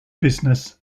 business